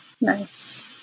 nice